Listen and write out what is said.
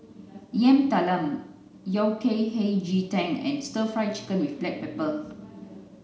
Yam Talam Yao Cai Hei Ji Tang and stir fry chicken with black pepper